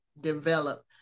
develop